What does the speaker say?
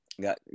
Got